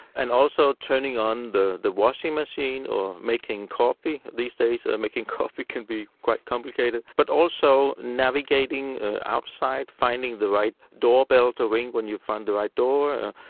and also turning on the the washing machine or making coffee, these days making coffee can be quite complicated. but also navigating outside, finding the right doorbell to ring when you find the right door,